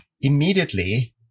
immediately